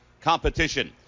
competition